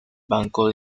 banco